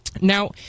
Now